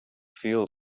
feel